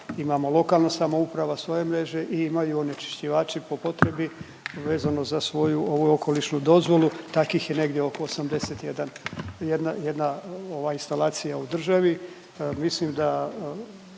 imamo lokalna samouprava svoje mreže i imaju onečišćivači po potrebi vezano za svoju ovu okolišnu dozvolu. Takvih je negdje oko 81, jedna, jedna ovaj instalacija u državi.